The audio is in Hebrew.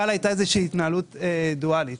בכאל הייתה התנהלות דואלית